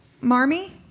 Marmee